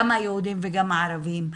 גם היהודים וגם הערבים,